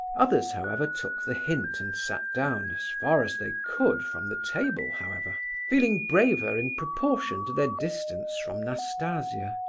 others, however, took the hint and sat down, as far as they could from the table, however feeling braver in proportion to their their distance from nastasia.